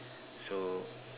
so